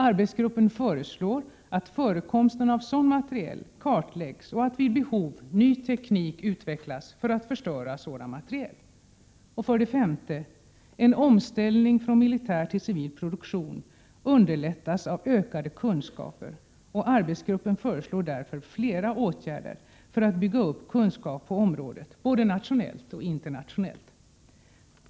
Arbetsgruppen föreslår att förekomsten av sådan materiel kartläggs och att, vid behov, ny teknik utvecklas för att förstöra sådan materiel. 5. En omställning från militär till civil produktion underlättas av ökade kunskaper, och arbetsgruppen föreslår därför flera åtgärder för att bygga upp kunskap på området, både nationellt och internationellt.